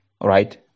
right